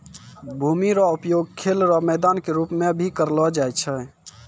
भूमि रो उपयोग खेल रो मैदान के रूप मे भी करलो जाय छै